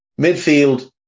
Midfield